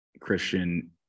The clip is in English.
Christian